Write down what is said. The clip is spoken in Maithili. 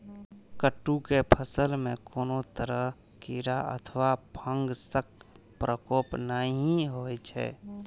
कट्टू के फसल मे कोनो तरह कीड़ा अथवा फंगसक प्रकोप नहि होइ छै